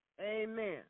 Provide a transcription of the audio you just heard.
Amen